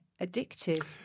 addictive